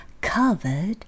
covered